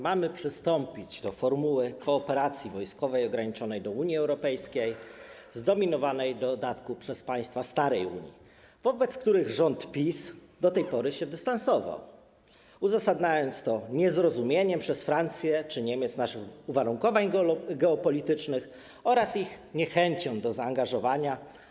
Mamy przystąpić do formuły kooperacji wojskowej ograniczonej do Unii Europejskiej zdominowanej przez państwa starej Unii, wobec których rząd PiS do tej pory się dystansował, uzasadniając to niezrozumieniem przez Francję czy Niemcy naszych uwarunkowań geopolitycznych oraz ich niechęcią do zaangażowania.